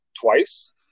twice